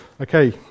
Okay